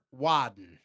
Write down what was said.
Wadden